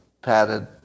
padded